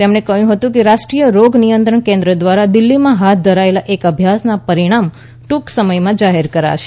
તેમણે કહ્યું કે રાષ્ટ્રીય રોગ નિયંત્રણ કેન્દ્ર દ્વારા દિલ્લીમાં હાથ ધરાયેલા એક અભ્યાસના પરિણામ ટૂંક સમયમાં જાહેર કરાશે